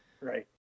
Right